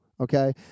okay